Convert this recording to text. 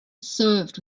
served